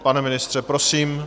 Pane ministře, prosím.